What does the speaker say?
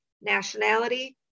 nationality